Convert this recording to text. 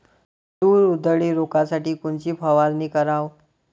तूर उधळी रोखासाठी कोनची फवारनी कराव?